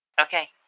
Okay